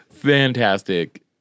Fantastic